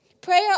Prayer